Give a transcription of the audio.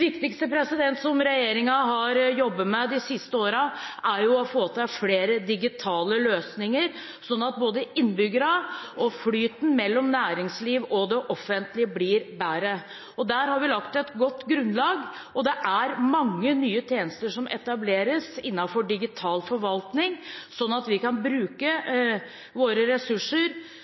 siste årene, er å få til flere digitale løsninger, sånn at det blir bedre for både innbyggerne og flyten mellom næringsliv og det offentlige. Der har vi lagt et godt grunnlag, og det er mange nye tjenester som etableres innenfor digital forvaltning, sånn at vi kan bruke våre ressurser